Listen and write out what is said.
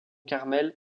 carmel